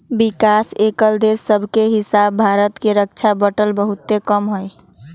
विकास कएल देश सभके हीसाबे भारत के रक्षा बजट बहुते कम हइ